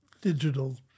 digital